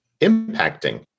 impacting